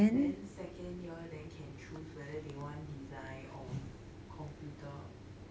then second year then can choose whether they want design or computer